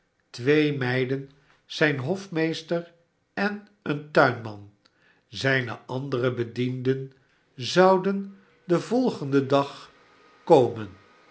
twee meiden zijn hofmeester en een tuinman zijne andere bedienden zouden den barnaby rudge in een nacht als deze volgenden dag komen